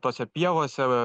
tose pievose